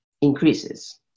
increases